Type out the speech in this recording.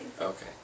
Okay